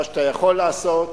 מה שאתה יכול לעשות